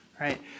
right